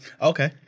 Okay